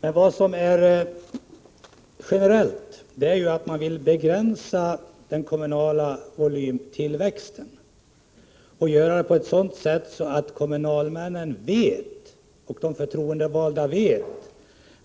Men vad som är generellt är att vi vill begränsa den kommunala volymtillväxten och göra det på ett sådant sätt att kommunalmän och förtroendevalda vet